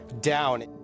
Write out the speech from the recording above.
down